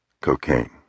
Cocaine